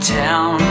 town